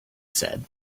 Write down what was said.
said